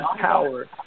power